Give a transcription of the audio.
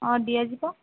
ହଁ ଦିଆଯିବ